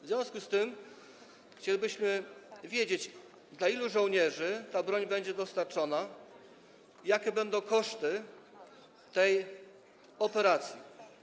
W związku z tym chcielibyśmy wiedzieć, dla ilu żołnierzy ta broń będzie dostarczona i jakie będą koszty tej operacji.